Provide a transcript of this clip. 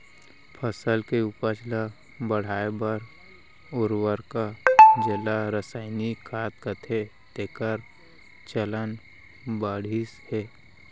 फसल के उपज ल बढ़ाए बर उरवरक जेला रसायनिक खाद कथें तेकर चलन बाढ़िस हे